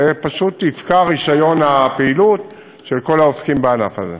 ופשוט יפקע רישיון הפעילות של כל העוסקים בענף הזה.